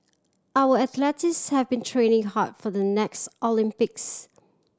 our athletes have been training hard for the next Olympics